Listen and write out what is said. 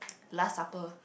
last supper